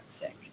sick